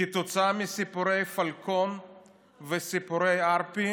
כתוצאה מסיפורי הפלקון וסיפורי ההארפי